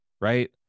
Right